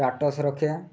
status ରଖିବା